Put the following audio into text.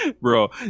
Bro